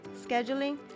scheduling